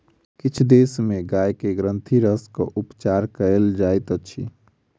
किछ देश में गाय के ग्रंथिरसक उपचार कयल जाइत अछि